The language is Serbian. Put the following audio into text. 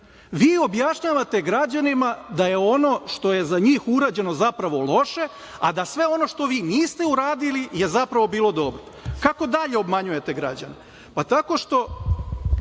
objašnjavate građanima da je ono što je za njih urađeno zapravo loše, a da sve ono što vi niste uradili je zapravo bilo dobro. Kako dalje obmanjujete građane? Tako što